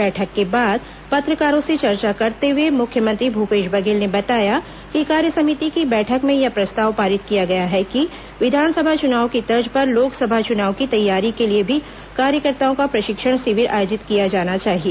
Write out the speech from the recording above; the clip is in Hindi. बैठक के बाद पत्रकारों से चर्चा करते हुए मुख्यमंत्री भूपेश बघेल ने बताया कि कार्य समिति की बैठक में यह प्रस्ताव पारित किया गया है कि विधानसभा चुनाव की तर्ज पर लोकसभा चुनाव की तैयारी के लिए भी कार्यकर्ताओं का प्रशिक्षण शिविर आयोजित किया जाना चाहिए